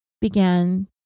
began